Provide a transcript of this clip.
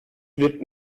wird